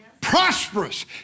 Prosperous